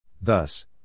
Thus